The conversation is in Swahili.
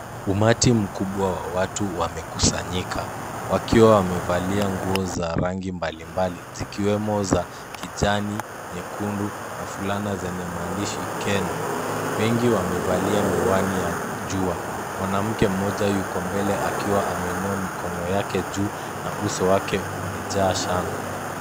Umati mkubwa wa watu wamekusanyika, wakiwa wamevalia nguo za rangi mbalimbali, zikiwemo za kijani, nyekundu, na fulana zenye maandishi Kenya. Wengi wamevalia miwani ya jua. Mwanamke mmoja yuko mbele akiwa ameinua mikono yake juu na uso wake umejaa shangwe.